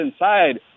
inside